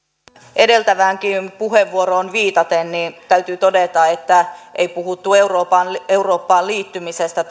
edeltäväänkin puheenvuoroon viitaten täytyy todeta että ei puhuttu eurooppaan liittymisestä